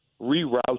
reroute